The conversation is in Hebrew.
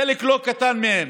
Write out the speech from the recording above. חלק לא קטן מהם,